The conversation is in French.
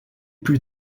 plus